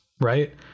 right